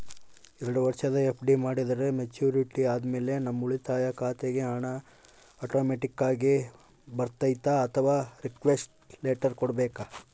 ಎರಡು ವರುಷ ಎಫ್.ಡಿ ಮಾಡಿದರೆ ಮೆಚ್ಯೂರಿಟಿ ಆದಮೇಲೆ ನಮ್ಮ ಉಳಿತಾಯ ಖಾತೆಗೆ ಹಣ ಆಟೋಮ್ಯಾಟಿಕ್ ಆಗಿ ಬರ್ತೈತಾ ಅಥವಾ ರಿಕ್ವೆಸ್ಟ್ ಲೆಟರ್ ಕೊಡಬೇಕಾ?